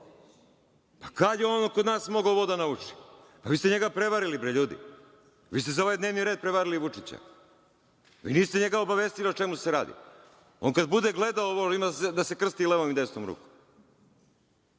Kad je on kod nas mogao ovo da nauči? Vi ste njega prevarili ljudi, vi ste za ovaj dnevni red prevarili Vučića. Vi niste njega obavestili o čemu se radi. On kada bude gledao ovo, on ima da se krsti i levom i desnom rukom.